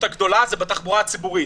זה בתחבורה הציבורית.